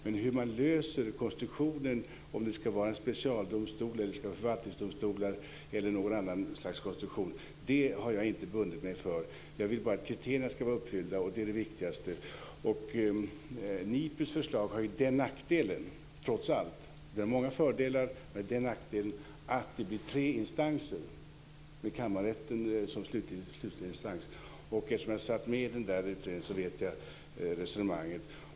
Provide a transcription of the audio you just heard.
Men vilken konstruktion man ska ha, om det ska vara en specialdomstol, förvaltningsdomstolar eller någon annan konstruktion, har jag inte bundit mig för. Jag vill bara att kriterierna ska vara uppfyllda. Det är det viktigaste. NIPU:s förslag har ju trots allt den nackdelen - det har många fördelar - att det blir tre instanser med kammarrätten som slutlig instans. Eftersom jag satt med i denna utredning, så vet jag hur resonemangen fördes.